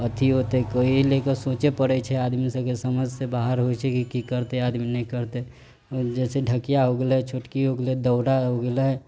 अथी होतै कऽ एहि लए कऽ सोचै परै छै आदमी सबके समझ सँ बाहर होइ छै की की करतै आदमी नहि करतै जाहिसे ढकिया हो गेलै छोटकी हो गेलै दौरा हो गेलै